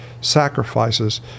sacrifices